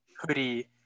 hoodie